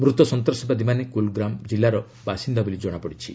ମୃତ ସନ୍ତାସବାଦୀମାନେ କୁଲଗାମ୍ ଜିଲ୍ଲାର ବାସିନ୍ଦା ବୋଲି ଜଣାପଡ଼ିଛି